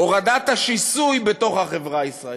הורדת השיסוי בתוך החברה הישראלית,